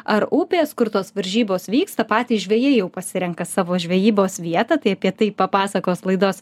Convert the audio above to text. ar upės kur tos varžybos vyksta patys žvejai jau pasirenka savo žvejybos vietą tai apie tai papasakos laidos